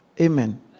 Amen